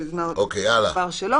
והוסבר שלא.